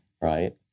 right